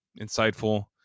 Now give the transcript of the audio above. insightful